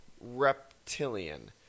reptilian